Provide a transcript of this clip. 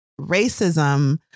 racism